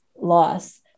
loss